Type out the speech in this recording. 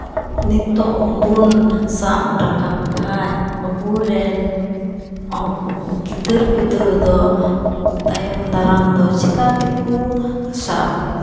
ᱱᱤᱛᱚᱜ ᱵᱚᱱ ᱥᱟᱵ ᱨᱟᱠᱟᱵ ᱠᱷᱟᱱ ᱟᱵᱚᱨᱮᱱ ᱜᱤᱫᱟᱹᱨ ᱯᱤᱫᱟᱹᱨ ᱫᱚ ᱛᱟᱭᱚᱢ ᱫᱟᱨᱟᱢ ᱫᱚ ᱪᱤᱠᱟᱹ ᱛᱮᱠᱚ ᱥᱟᱵ